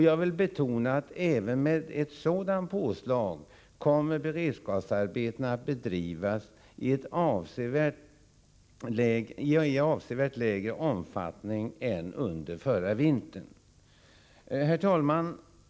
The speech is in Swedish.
Jag vill betona att även med ett sådant påslag kommer beredskapsarbetena att bedrivas i en avsevärt mindre omfattning än under förra vintern. Herr talman!